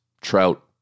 trout